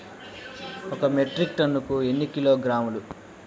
ఒక మెట్రిక్ టన్నుకు ఎన్ని కిలోగ్రాములు?